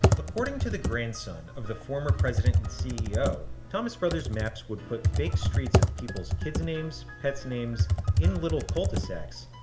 according to the grandson of the former president and ceo, thomas brothers maps would put fake streets of people's kids' names, pets' names in little cul-de-sacs,